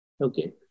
Okay